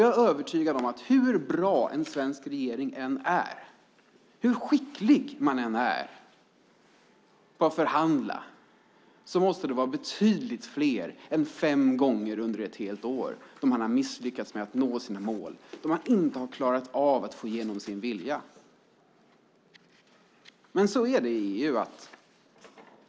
Jag är övertygad om att hur bra en svensk regering än är och hur skicklig man än är på att förhandla måste det vara betydligt fler än fem gånger under ett helt år som man har misslyckats med att nå sina mål och inte klarat av att få igenom sin vilja. Så är det i EU.